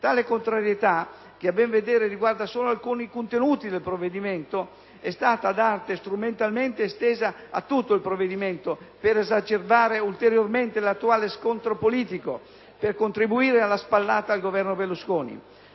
Tale contrarietà, che a ben vedere riguarda solo alcuni contenuti del provvedimento, è stata ad arte strumentalmente estesa a tutto il provvedimento, per esacerbare ulteriormente l'attuale scontro politico, per contribuire alla "spallata" al Governo Berlusconi.